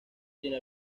tiene